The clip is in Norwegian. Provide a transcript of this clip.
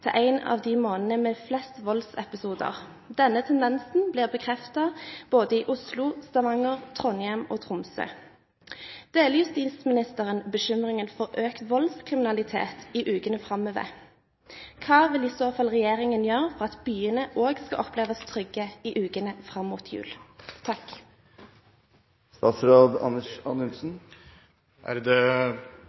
til en av de månedene med flest voldsepisoder. Denne tendensen blir bekreftet i både Oslo, Stavanger, Trondheim og Tromsø. Deler justisministeren bekymringen for økt voldskriminalitet i ukene framover? Hva vil i så fall regjeringen gjøre for at byene også skal oppleves trygge i ukene fram mot jul?